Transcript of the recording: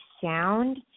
sound